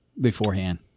beforehand